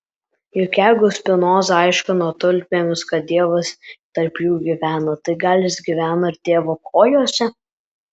juk jeigu spinoza aiškino tulpėms kad dievas tarp jų gyvena tai gal jis gyvena ir tėvo kojose